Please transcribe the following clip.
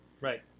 Right